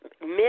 miss